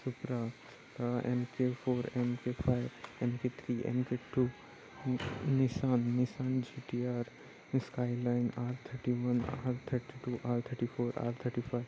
Supra M K four M K five M K three M K two Nissan Nissan C T R skyline R thirty one R thirty two R thirty four R thirty five